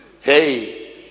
Hey